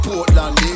Portland